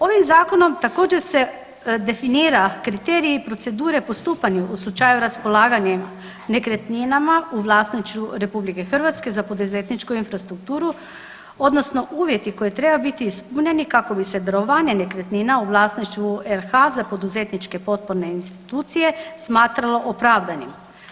Ovim zakonom također se definira kriteriji i procedure o postupanju u slučaju raspolaganjem nekretninama u vlasništvu RH za poduzetničku infrastrukturu odnosno uvjeti koji trebaju biti ispunjeni kako bi se darovanje nekretnina u vlasništvu RH za poduzetničke potporne institucije smatralo opravdanim.